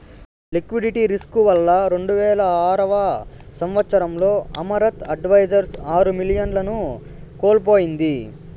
liquidity risk వల్ల రెండువేల ఆరవ సంవచ్చరంలో అమరత్ అడ్వైజర్స్ ఆరు మిలియన్లను కోల్పోయింది